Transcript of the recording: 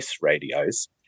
radios